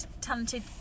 talented